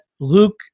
Luke